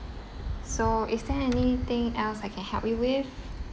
so is there anything else I can help you with